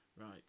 right